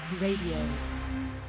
Radio